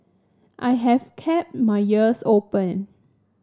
I have kept my ears open